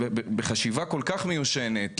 בחשיבה כל כך מיושנת,